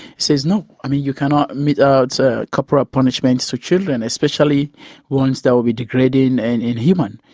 says no. i mean, you cannot mete out so corporal punishment to children, especially ones that would be degrading and inhuman.